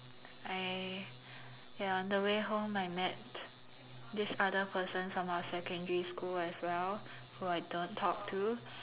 I ya on the way home I met this other person from our secondary school as well whom I don't talk to